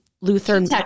Lutheran